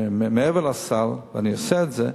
שמעבר לסל, ואני עושה את זה,